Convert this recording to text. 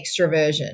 extroversion